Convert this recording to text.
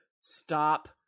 Stop